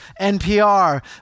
NPR